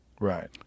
Right